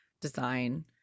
design